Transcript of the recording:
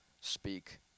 speak